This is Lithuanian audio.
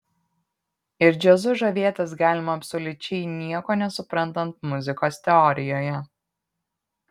ir džiazu žavėtis galima absoliučiai nieko nesuprantant muzikos teorijoje